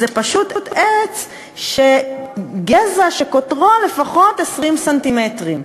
זה פשוט עץ עם גזע שקוטרו לפחות 20 סנטימטרים.